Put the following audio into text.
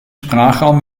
sprachraum